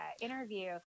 interview